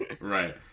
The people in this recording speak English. right